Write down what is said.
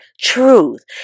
truth